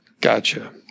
gotcha